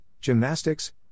gymnastics